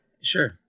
Sure